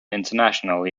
internationally